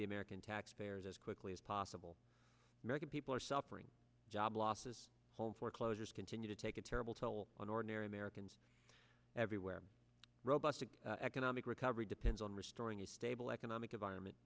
the american taxpayers as quickly as possible american people are suffering job losses home foreclosures continue to take a terrible toll on ordinary americans everywhere robust economic recovery depends on restoring a stable economic environment